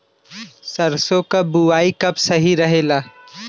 सरसों क बुवाई कब सही रहेला?